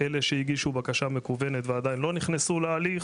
אלו שהגישו בקשה מקוונת ועדיין לא נכנסו להליך,